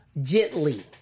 gently